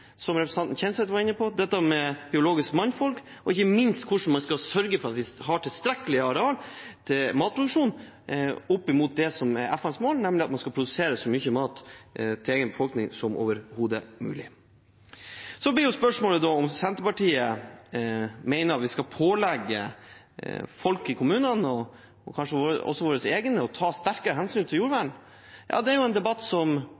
biologisk mangfold, og ikke minst om hvordan man skal sørge for at vi har tilstrekkelig areal til matproduksjon opp mot det som er FNs mål, nemlig at man skal produsere så mye mat til egen befolkning som overhodet mulig. Så til spørsmålet om Senterpartiet mener vi skal pålegge folk i kommunene – og kanskje også våre egne – å ta sterke hensyn til jordvern: Det er en debatt som